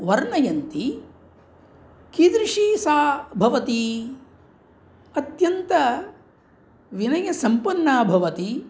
वर्णयन्ति कीदृशी सा भवति अत्यन्तविनयसम्पन्ना भवति